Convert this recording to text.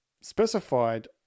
specified